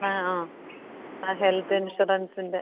ഏ ആ ആ ഹെൽത്ത് ഇൻഷുറൻസിൻ്റെ